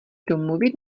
domluvit